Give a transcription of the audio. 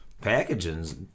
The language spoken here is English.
Packaging's